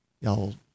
y'all